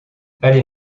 allez